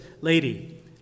lady